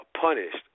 punished